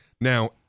Now